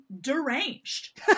deranged